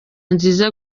nziza